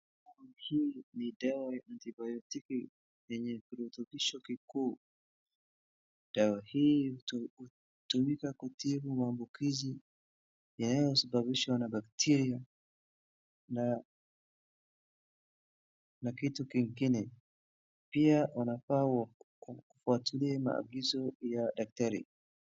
Hii ni dawa antibiotiki yenye kirutubisho kikuu. Dawa hii hutumika kutibu maambukizi yanayosababishwa na bakteria na kitu kingine. Pia wanafaa watumie mavisu ya daktari.